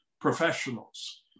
professionals